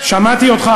שמעתי אותך,